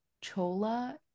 Chola